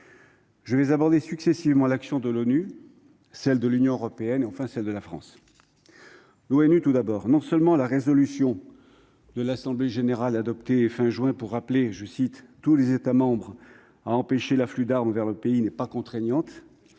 Je vais aborder successivement l'action de l'ONU, puis celle de l'Union européenne, et enfin celle de la France. Concernant l'action de l'ONU, non seulement la résolution de l'Assemblée générale adoptée fin juin pour appeler tous les États membres à empêcher l'afflux d'armes vers le pays n'est pas contraignante,